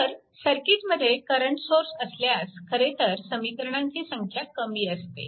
तर सर्किटमध्ये current source असल्यास खरे तर समीकरणांची संख्या कमी असते